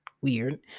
weird